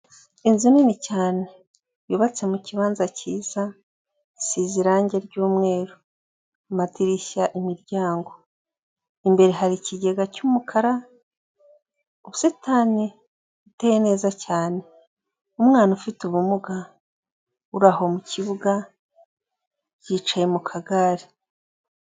Inzu nini cyane yubatse mu kibanza cyiza, isize irangi ry'umweru ku madirishya, imiryango. Imbere hari ikigega cy'umukara, ubusitani buteye neza cyane. Umwana ufite ubumuga uraho mu kibuga, yicaye mu kagare.